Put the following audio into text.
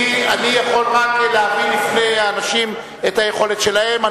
אני יכול רק להביא לפני האנשים את היכולת שלהם.